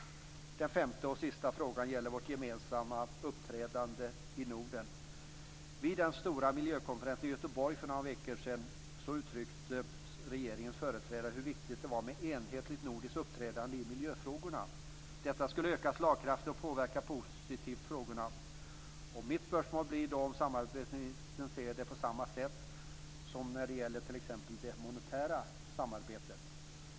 Den femte och sista frågan gäller vårt gemensamma uppträdande i Norden. Vid den stora miljökonferensen i Göteborg för några veckor sedan uttryckte regeringens företrädare hur viktigt det var med ett enhetligt nordiskt uppträdande i miljöfrågorna. Detta skulle öka slagkraften och påverka frågorna positivt. Mitt spörsmål blir då om samarbetsministern ser det på samma sätt som när det gäller t.ex. det monetära samarbetet.